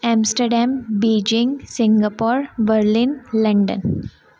Amsterdam Beijing Singapore Berlin London